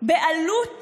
בעלות